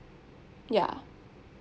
ya